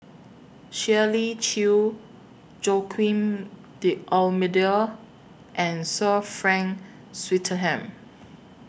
Shirley Chew Joaquim D'almeida and Sir Frank Swettenham